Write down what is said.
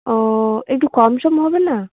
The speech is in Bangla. ও একটু কম সম হবে না